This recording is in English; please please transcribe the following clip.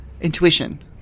intuition